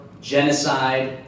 genocide